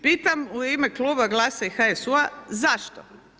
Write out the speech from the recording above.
Pitam u ime Kluba Glasa i HSU-a zašto?